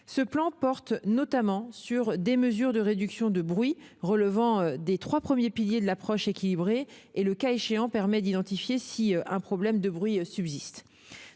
Ce plan porte notamment sur des mesures de réduction du bruit relevant des trois premiers piliers de l'approche équilibrée, qui permet, le cas échéant, d'identifier si un problème de bruit subsiste.